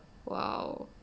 !wow!